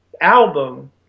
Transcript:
album